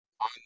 on